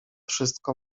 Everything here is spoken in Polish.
wszystko